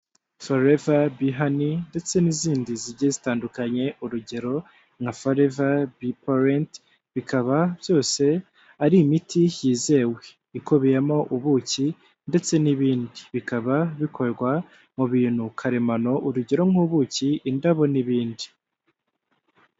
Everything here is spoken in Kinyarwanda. Forever bee honey ndetse n'izindi zigiye zitandukanye, urugero nka forever bee pollet, bikaba byose ari imiti yizewe ikubiyemo ubuki ndetse n'ibindi, bikaba bikorwa mu bintu karemano, urugero nk'ubuki, indabo n'ibindi